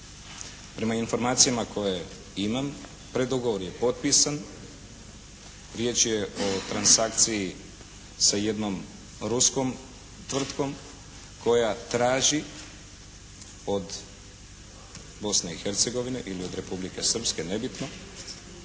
Prema informacijama koje imam preddogovor je potpisan. Riječ je o transakciji sa jednom ruskom tvrtkom koja traži od Bosne i Hercegovine ili od Republike Srpske nebitno